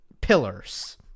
pillars